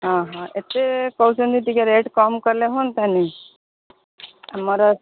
ହଁ ହଁ ଏତେ କହୁଛନ୍ତି ଟିକେ ରେଟ୍ କମ୍ କଲେ ହୁଅନ୍ତାନି ଆମର